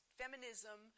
feminism